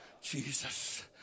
Jesus